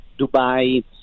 Dubai